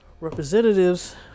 representatives